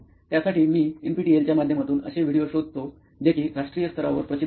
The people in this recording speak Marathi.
त्यासाठी मी एनपीटीईएलच्या माध्यमातून असे व्हिडीओ शोधतो जे कि राष्ट्रीय स्तरावर प्रसिद्ध आहेत